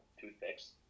toothpicks